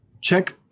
Check